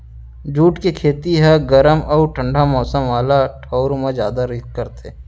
jute के खेती ह गरम अउ ठंडा मौसम वाला ठऊर म जादा करथे